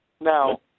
Now